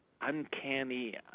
uncanny